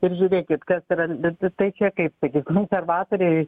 ir žiūrėkit kas yra bet ir tai čia kaip sakyt konservatoriai